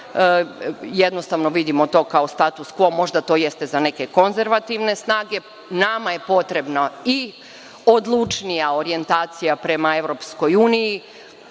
Jednostavno to vidimo kao status kvo, možda jeste to za neke konzervativne snage. Nama je potrebna i odlučnija orijentacija prema EU na način